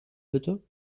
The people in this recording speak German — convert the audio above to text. bitte